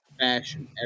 fashion